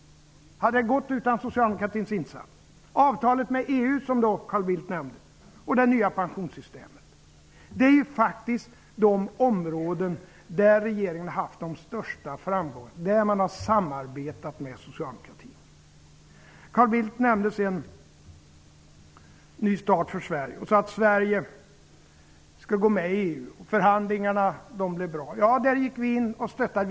Hade det gått utan socialdemokratins insats? För det andra gäller det avtalet med EU, som Carl Bildt nämnde. För det tredje har vi antagit ett nytt pensionssystem. På dessa områden har regeringen haft de största framgångarna och där har man samarbetat med socialdemokratin. Carl Bildt nämnde Ny start för Sverige, att Sverige skall gå med i EU och att förhandlingarna blev bra. Socialdemokraterna var med och stöttade.